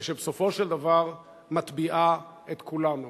ובסופו של דבר מטביעה את כולנו,